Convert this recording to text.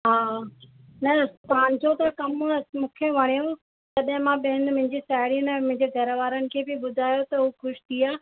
हा न तव्हांजो त कम मूंखे वणियो तॾहिं मां भेण मुंहिंजी साहेड़ीयुन ऐं मुंहिंजे घर वारनि खे बि ॿुधायो त हो ख़ुशि थी विया